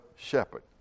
Shepherd